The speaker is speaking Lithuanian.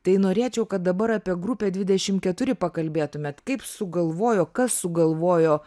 tai norėčiau kad dabar apie grupę dvidešim keturi pakalbėtumėt kaip sugalvojo kas sugalvojo